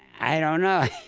i don't know.